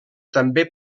també